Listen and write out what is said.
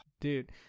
dude